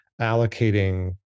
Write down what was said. allocating